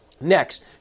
Next